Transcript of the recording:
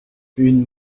une